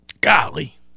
golly